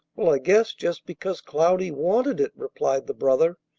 well, i guess just because cloudy wanted it, replied the brother.